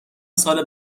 سال